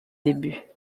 début